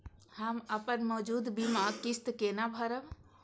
हम अपन मौजूद बीमा किस्त केना भरब?